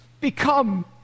become